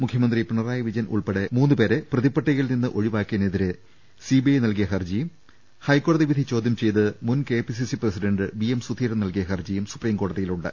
മുഖ്യമന്ത്രി പിണ റായി വിജയൻ ഉൾപ്പെടെ മൂന്ന് പ്പേരെ പ്രതിപട്ടികയിൽ നിന്ന് ഒഴിവാക്കിയതിനെതിരെ സിബിഐ ്നൽകിയ ഹർജിയും ഹൈക്കോടതിവിധി ചോദ്യം ചെയ്ത് മുൻ KPCC president V M Sudheeran നൽകിയ് ഹർജിയും സുപ്രീംകോടതി യിലുണ്ട്